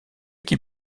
qui